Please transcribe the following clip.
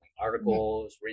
articles